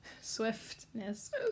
swiftness